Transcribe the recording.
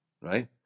right